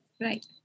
Right